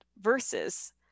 versus